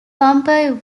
bumper